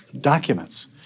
documents